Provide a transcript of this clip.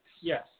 Yes